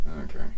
Okay